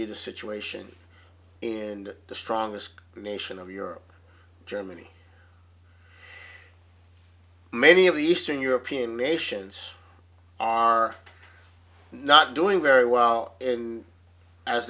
be the situation and the strongest nation of europe germany many of the eastern european nations are not doing very well a